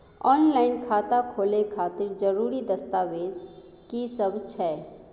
Online खाता खोले खातिर जरुरी दस्तावेज की सब छै?